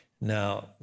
Now